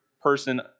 person